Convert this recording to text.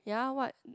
ya what